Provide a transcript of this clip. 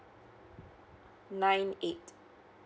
nine eight